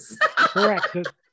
Correct